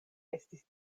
estis